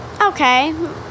Okay